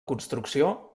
construcció